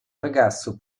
ragazzo